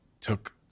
took